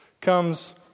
Comes